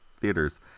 theaters